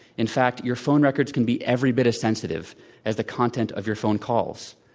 in fact, your phone records can be every bit as sensitive as the content of your phone calls.